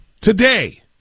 Today